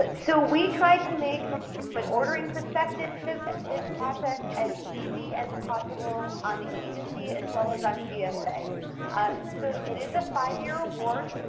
ah so we tried to make, from from an ordering perspective, this process as easy as possible on the agency, as well as on gsa. like ah so it is a five-year award.